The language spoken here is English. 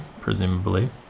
presumably